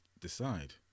decide